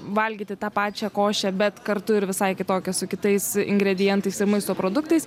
valgyti tą pačią košę bet kartu ir visai kitokią su kitais ingredientais ir maisto produktais